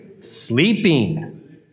sleeping